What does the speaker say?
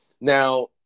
Now